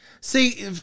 See